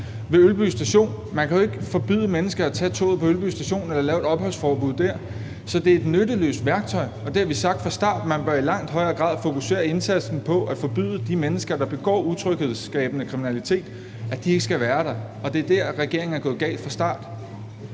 er Ølby Station. Man kan jo ikke forbyde mennesker at tage toget på Ølby Station eller lave et opholdsforbud der. Så det er et nytteløst værktøj, og det har vi sagt fra starten. Man bør i langt højere grad fokusere indsatsen på at forbyde de mennesker, der begår utryghedsskabende kriminalitet, at være der. Det er der, regeringen er gået galt fra start.